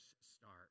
start